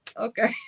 Okay